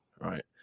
right